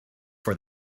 for